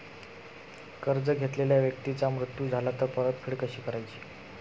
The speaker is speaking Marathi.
कर्ज घेतलेल्या व्यक्तीचा मृत्यू झाला तर परतफेड कशी करायची?